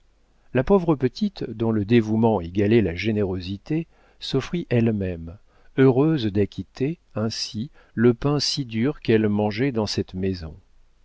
la pauvre petite dont le dévouement égalait la générosité s'offrit elle-même heureuse d'acquitter ainsi le pain si dur qu'elle mangeait dans cette maison